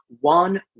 one